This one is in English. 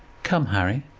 come, harry,